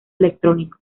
electrónico